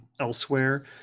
elsewhere